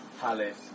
Palace